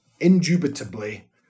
indubitably